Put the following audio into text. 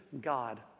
God